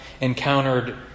encountered